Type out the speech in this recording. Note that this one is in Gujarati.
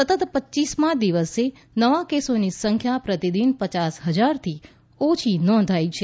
સતત પચ્યીસમાં દિવસે નવા કેસોની સંખ્યા પ્રતિદિન પચાસ હજારથી ઓછી નોંધાઈ છે